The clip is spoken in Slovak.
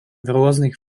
rôznych